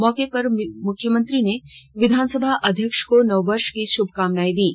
मौके पर मुख्यमंत्री ने विधानसभा अध्यक्ष को नव वर्ष की शुभकामनाएं दीं